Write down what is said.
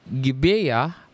Gibeah